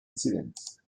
incidents